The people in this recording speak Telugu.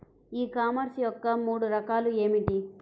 ఈ కామర్స్ యొక్క మూడు రకాలు ఏమిటి?